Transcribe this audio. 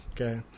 Okay